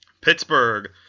Pittsburgh